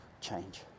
change